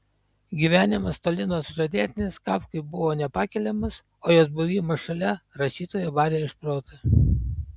gyvenimas toli nuo sužadėtinės kafkai buvo nepakeliamas o jos buvimas šalia rašytoją varė iš proto